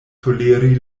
toleri